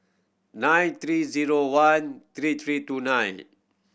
nine three zero one three three two nine